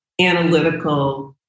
analytical